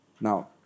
Now